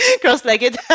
cross-legged